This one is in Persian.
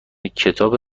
کتاب